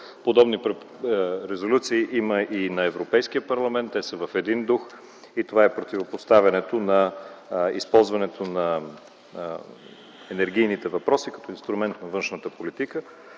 Подобни резолюции има и на Европейския парламент. Те са в един дух и това е противопоставянето на използването на енергийните въпроси като инструмент на външната политика,